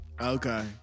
Okay